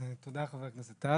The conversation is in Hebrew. אז תודה, חה"כ טל.